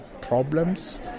problems